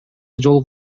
жол